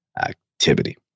activity